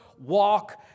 walk